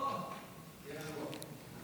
אדוני היושב-ראש,